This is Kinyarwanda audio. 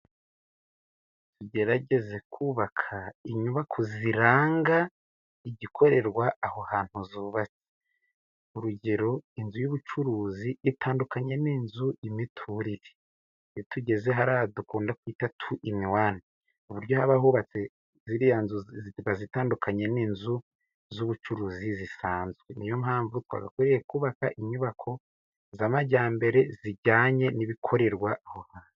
Tugerageze kubaka inyubako ziranga igikorerwa aho hantu zubatse. Urugero inzu y'ubucuruzi itandukanye n'inzu y' imiturire, iyo tugeze hariya dukunda kwita tu ini wani uburyo haba hubatse ziriya nzu ziba zitandukanye n'inzu z'ubucuruzi zisanzwe, n'iyo mpamvu twagakwiriye kubaka inyubako z'amajyambere zijyanye n'ibikorerwa aho hantu.